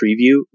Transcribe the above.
preview